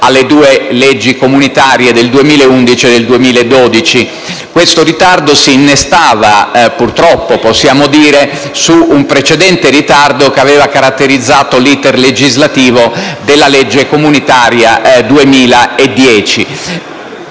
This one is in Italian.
alle due leggi comunitarie del 2011 e del 2012. Questo ritardo si innestava, purtroppo, su un precedente ritardo che aveva caratterizzato l'*iter* legislativo della legge comunitaria del 2010.